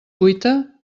cuita